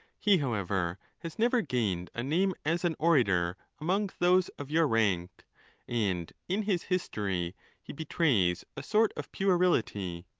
he, however, has never gained a name as an orator among those of your rank and in his history he betrays a sort of puerility.